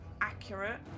accurate